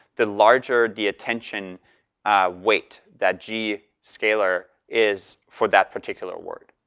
the larger the attention weight that g scalar is for that particular word.